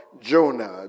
Jonah